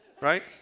Right